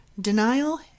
Denial